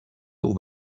all